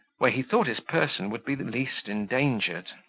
where he thought his person would be least endangered.